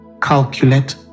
calculate